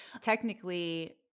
technically